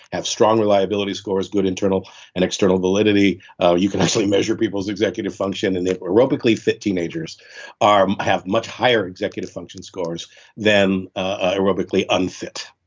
have strong reliability scores, good internal and external validity you can actually measure people's executive function, and if aerobically fit teenagers have much higher executive function scores than ah aerobically unfit